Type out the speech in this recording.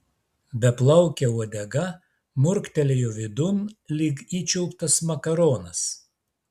beplaukė uodega murktelėjo vidun lyg įčiulptas makaronas